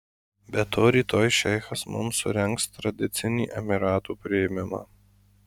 be to rytoj šeichas mums surengs tradicinį emyratų priėmimą